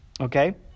Okay